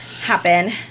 happen